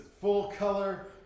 full-color